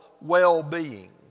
well-being